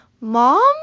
Mom